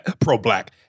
pro-black